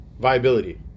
viability